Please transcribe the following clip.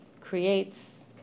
creates